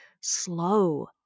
slow